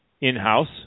in-house